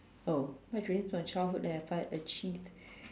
oh my dreams during my childhood that I have achieved